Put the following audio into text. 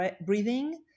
breathing